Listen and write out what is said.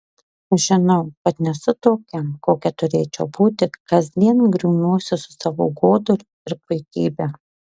žinau kad nesu tokia kokia turėčiau būti kasdien grumiuosi su savo goduliu ir puikybe